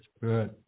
Good